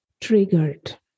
triggered